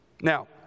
Now